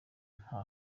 nta